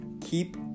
Keep